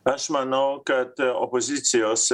aš manau kad opozicijos